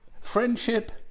friendship